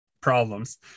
problems